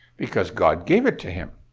because god gave it to him.